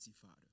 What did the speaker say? Father